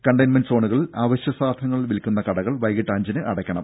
containment സോണുകളിൽ അവശ്യസാധനങ്ങൾ വിൽക്കുന്ന കടകൾ വൈകിട്ട് അഞ്ചിന് അടയ്ക്കണം